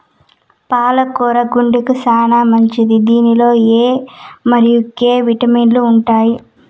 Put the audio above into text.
పాల కూర గుండెకు చానా మంచిది దీనిలో ఎ మరియు కే విటమిన్లు ఉంటాయి